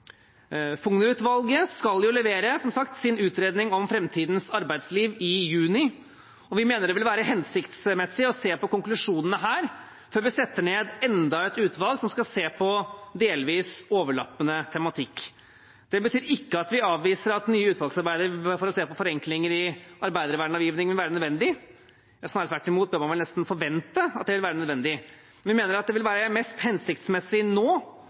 skal jo levere, som sagt, sin utredning om framtidens arbeidsliv i juni, og vi mener det vil være hensiktsmessig å se på konklusjonene her før vi setter ned enda et utvalg som skal se på delvis overlappende tematikk. Det betyr ikke at vi avviser at nye utvalgsarbeider for å se på forenklinger i arbeidervernlovgivningen vil være nødvendig. Snarere tvert imot bør man vel nesten forvente at det vil være nødvendig. Vi mener at det vil være mest hensiktsmessig nå